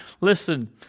listen